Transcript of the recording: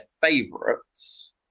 favorites